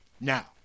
Now